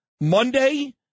Monday